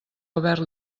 haver